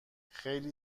خیلی